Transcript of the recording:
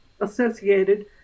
associated